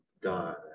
God